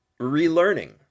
relearning